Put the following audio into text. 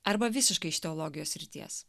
arba visiškai iš teologijos srities